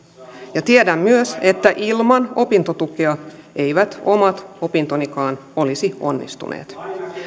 ja tiedän myös että ilman opintotukea eivät omat opintonikaan olisi onnistuneet